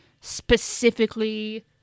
specifically